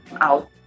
out